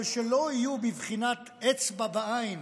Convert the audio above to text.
אבל שלא יהיו בבחינת אצבע בעין